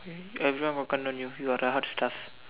everyone got கண்ணு:kannu on you you are the hot stuff